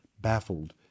baffled